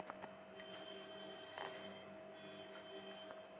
ఆహార పదార్థాలను సేకరించే సంస్థలుకూడా ఉంటాయ్ కదా అవెక్కడుంటాయో